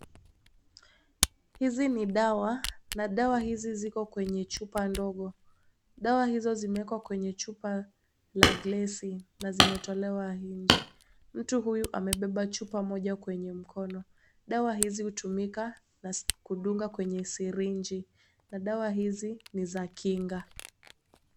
Hizi ni dawa na dawa hizi ziko kwenye chupa ndogo, dawa hizo zimeekwa kwenye chupa la glesi na zimetolewa nje, mtu huyu amebeba chupa moja kwenye mkono, dawa hizi hutumika kudunga kwenye sirinji na dawa hizi ni za kinga.